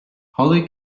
holly